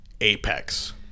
Apex